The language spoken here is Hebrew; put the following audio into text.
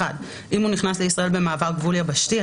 (1) אם הוא נכנס לישראל במעבר גבול יבשתי ,